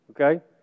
Okay